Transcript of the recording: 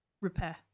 Repair